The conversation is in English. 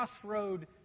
crossroad